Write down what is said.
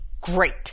great